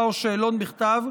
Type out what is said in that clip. הצהרה או שאלון בכתב,